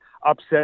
upset